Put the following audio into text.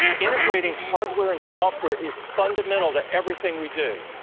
integrating hardware and software is fundamental to everything we do.